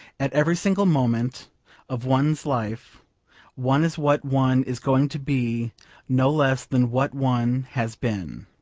at every single moment of one's life one is what one is going to be no less than what one has been.